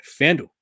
FanDuel